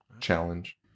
challenge